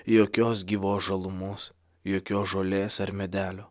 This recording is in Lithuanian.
jokios gyvos žalumos jokios žolės ar medelio